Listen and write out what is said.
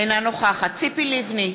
אינה נוכחת ציפי לבני,